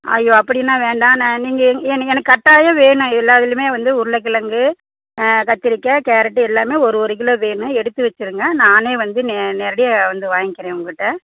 அய்யோ அப்படின்னா வேண்டாம் நான் நீங்கள் நீங்கள் எனக்கு கட்டாயம் வேணும் எல்லா இதுலேயுமே வந்து உருளைக்கிழங்கு கத்திரிக்காய் கேரட்டு எல்லாமே ஒரு ஒரு கிலோ வேணும் எடுத்து வச்சிருங்க நானே வந்து நே நேரடியாக வந்து வாங்கிறேன் உங்கள்கிட்ட